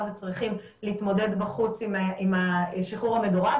והם צריכים להתמודד בחוץ עם השחרור המדורג,